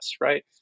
right